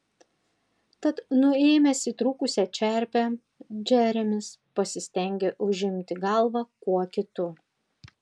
tad nuėmęs įtrūkusią čerpę džeremis pasistengė užimti galvą kuo kitu